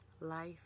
Life